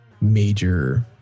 major